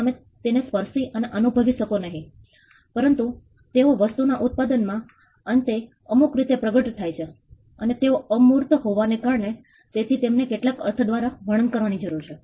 તમે તેને સ્પર્શી અને અનુભવી શકો નહિ પરંતુ તેઓ વાસ્તુના ઉત્પાદન માં અંતે અમુકરીતે પ્રગટ થાય છે અને તેઓ અમૂર્ત હોવાને કારણે તેથી તેમને કેટલાક અર્થ દ્વારા વર્ણન કરવાની જરૂર છે